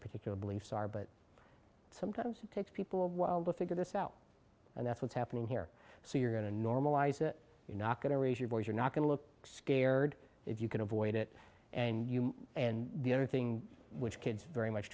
particular beliefs are but sometimes it takes people a while but figure this out and that's what's happening here so you're going to normalize it you're not going to raise your voice you're not going to look scared if you can avoid it and you and the other thing which kids very much